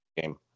Game